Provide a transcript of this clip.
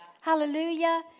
Hallelujah